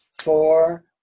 four